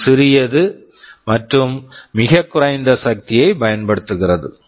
இது சிறியது மற்றும் மிகக் குறைந்த சக்தியை பயன்படுத்துகிறது